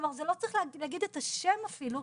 כלומר לא צריך להגיד את השם אפילו,